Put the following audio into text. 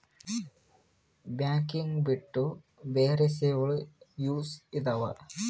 Banking ಬಿಟ್ಟು ಬೇರೆ ಸೇವೆಗಳು ಯೂಸ್ ಇದಾವ?